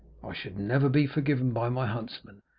i should never be forgiven by my huntsman